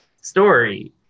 story